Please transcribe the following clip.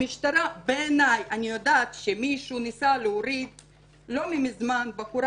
אני יודעת שמישהו ניסה לא מזמן להוריד בכוח בחורה